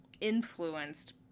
influenced